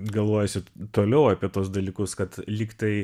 galvojasi toliau apie tuos dalykus kad lygtai